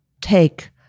take